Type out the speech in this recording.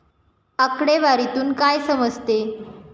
आकडेवारीतून काय समजते?